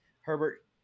Herbert